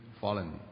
fallen